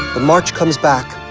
the march comes back.